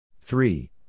three